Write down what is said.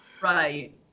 right